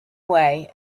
way